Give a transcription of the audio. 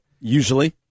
Usually